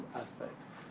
aspects